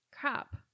Crap